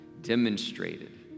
demonstrated